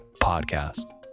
podcast